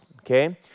okay